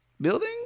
building